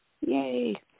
Yay